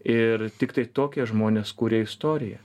ir tiktai tokie žmonės kuria istoriją